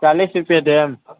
चालिस रुपैआ देब